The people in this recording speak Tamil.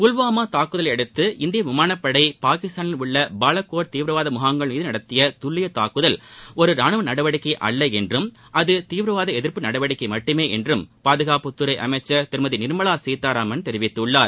புல்வாமா தாக்குதலையடுத்து இந்திய விமானப்படை பாகிஸ்தானில் உள்ள பாலகோட் தீவிரவாத முகாம்கள் மீது நடத்திய துல்லிய தாக்குதல் ஒரு ராணுவ நடவடிக்கை அல்ல என்றும் அது தீவிரவாத எதிர்ப்பு நடவடிக்கை மட்டுமே என்றும் பாதுகாப்புத்துறை அமைச்சள் திருமதி நிர்மலா சீதாராமன் கூறியள்ளார்